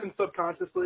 subconsciously